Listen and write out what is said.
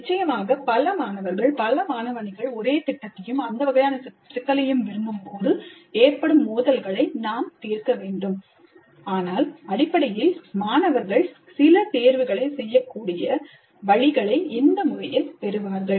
நிச்சயமாக பல மாணவர்கள் பல மாணவஅணிகள் ஒரே திட்டத்தையும் அந்த வகையான சிக்கலையும் விரும்பும்போது ஏற்படும் மோதல்களை நாம் தீர்க்க வேண்டும் ஆனால் அடிப்படையில் மாணவர்கள் சில தேர்வுகளை செய்யக்கூடிய வழிகளை இந்த முறையில் பெறுவார்கள்